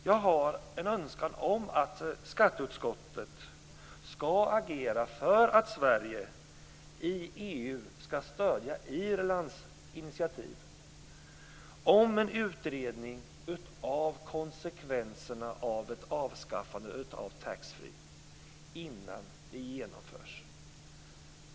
Jag har en önskan om att skatteutskottet skall agera för att Sverige inom EU skall stödja Irlands initiativ om en utredning gällande konsekvenserna av ett avskaffande av taxfree innan detta genomförs.